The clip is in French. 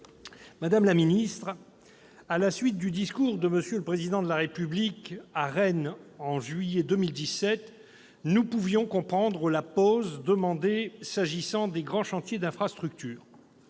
chers collègues, à la suite du discours prononcé par le Président de la République à Rennes en juillet 2017, nous pouvions comprendre la pause demandée en matière de grands chantiers d'infrastructures.